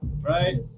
Right